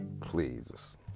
please